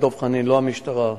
ולא המשטרה,